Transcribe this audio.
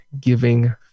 giving